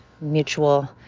mutual